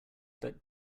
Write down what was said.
that